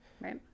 Right